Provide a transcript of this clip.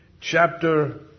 chapter